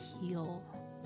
heal